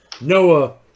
Noah